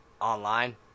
online